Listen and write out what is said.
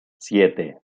siete